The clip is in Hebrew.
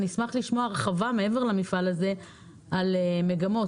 אני אשמח לשמוע הרחבה מעבר למפעל הזה על מגמות,